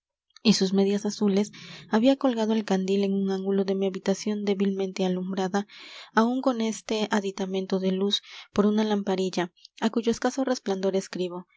y sus medias azules había colgado el candil en un ángulo de mi habitación débilmente alumbrada aun con este aditamento de luz por una lamparilla á cuyo escaso resplandor escribo